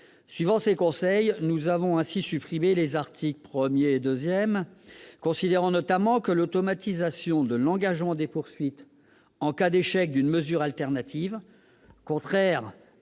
Suivant ses conseils, nous avons ainsi supprimé les articles 1 et 2, considérant notamment que l'automatisation de l'engagement des poursuites en cas d'échec d'une mesure alternative, contraire au principe